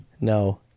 No